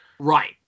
right